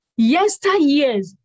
yesteryears